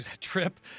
Trip